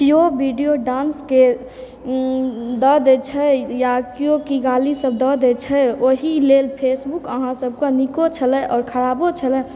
केओ भीडियो डांसके दऽ दैत छै या केओ कि गालीसभ दऽ दैत छै ओहि लेल फेसबुक अहाँसभकऽ नीको छलय आओर खरापो छलय